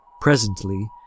Presently